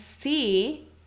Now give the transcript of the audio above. see